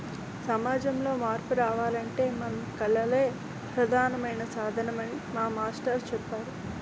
సమాజంలో మార్పు రావాలంటే మన కళలే ప్రధానమైన సాధనమని మా మాస్టారు చెప్పేరు